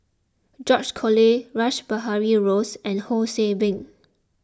George Collyer Rash Behari Bose and Ho See Beng